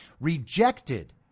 rejected